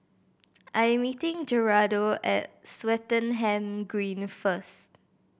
I'm meeting Gerardo at Swettenham Green first